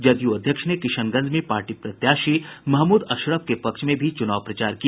जदयू अध्यक्ष ने किशनगंज में पार्टी प्रत्याशी महमूद अशरफ के पक्ष में चुनाव प्रचार किया